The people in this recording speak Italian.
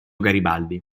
garibaldi